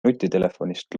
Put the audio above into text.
nutitelefonist